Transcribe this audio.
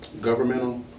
governmental